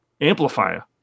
amplifier